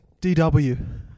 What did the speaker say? DW